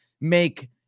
make